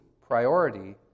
Priority